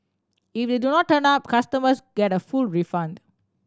if they do not turn up customers get a full refund